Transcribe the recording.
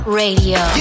radio